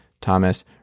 Thomas